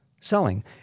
selling